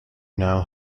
have